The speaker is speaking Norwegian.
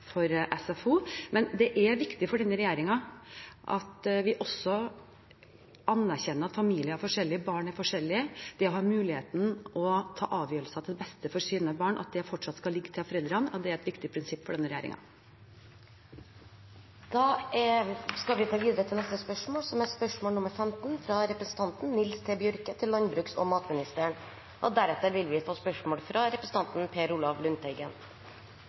for SFO. Men det er viktig for denne regjeringen at vi også anerkjenner at familier er forskjellige, og at barn er forskjellige. At muligheten til å ta avgjørelser til beste for sine barn fortsatt skal ligge hos foreldrene, er et viktig prinsipp for denne regjeringen. «Inntektene i jordbruket har stupt. Hovedårsaken er økte avgifter. Av den samlede inntektsnedgangen kommer 60 pst. som følge av økte kostnader til diesel og